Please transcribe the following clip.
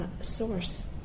source